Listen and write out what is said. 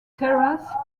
terrace